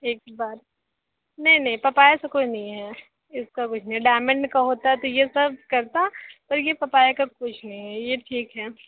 एक बार नहीं नहीं पपाया से कोई नहीं है इसका कुछ नहीं है डायमंड का होता तो यह सब करता तो यह पपाया का कुछ नहीं है ठीक है